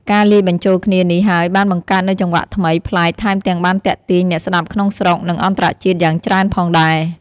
ការលាយបញ្ចូលគ្នានេះហើយបានបង្កើតនូវចង្វាក់ថ្មី ប្លែក ថែមទាំងបានទាក់ទាញ អ្នកស្តាប់ក្នុងស្រុក និងអន្តរជាតិយ៉ាងច្រើនផងដែរ។